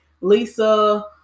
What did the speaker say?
Lisa